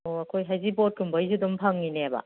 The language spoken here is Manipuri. ꯑꯣ ꯑꯩꯈꯣꯏ ꯍꯩꯖꯤꯡꯄꯣꯠꯀꯨꯝꯕꯩꯁꯨ ꯑꯗꯨꯝ ꯐꯪꯉꯤꯅꯦꯕ